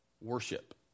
worship